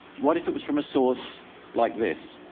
what if it was from a source like this?